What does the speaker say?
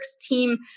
team